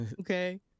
Okay